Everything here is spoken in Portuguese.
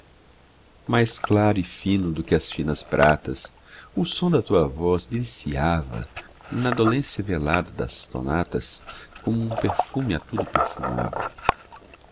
mais claro e fino do que as finas pratas o som da tua voz deliciava na dolência velada das sonatas como um perfume a tudo perfumava